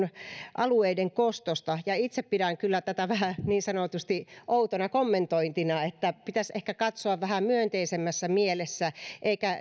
alueiden kostosta itse pidän kyllä tätä vähän outona kommentointina pitäisi ehkä katsoa vähän myönteisemmässä mielessä eikä